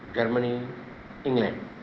Germany England